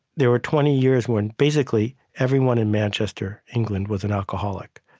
there were twenty years when basically everyone in manchester, england, was an alcoholic.